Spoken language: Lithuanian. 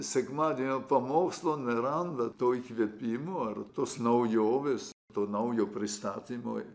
sekmadienio pamokslą neranda to įkvėpimo ar tos naujovės to naujo pristatymo